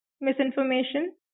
misinformation